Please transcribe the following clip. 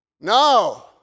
No